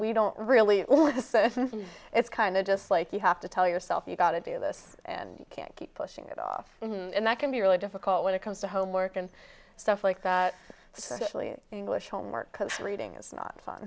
we don't really it's kind of just like you have to tell yourself you got to do this and can't keep pushing it off and that can be really difficult when it comes to homework and stuff like that socially english homework reading is not fun